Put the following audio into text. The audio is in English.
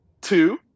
Two